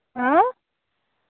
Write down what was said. آ